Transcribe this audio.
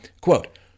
quote